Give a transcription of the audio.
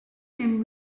him